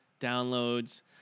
downloads